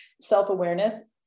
self-awareness